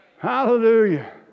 Hallelujah